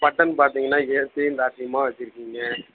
button பார்த்தீங்கன்னா ஏற்றியும் தாழ்த்தியுமாக வெச்சுருக்கீங்க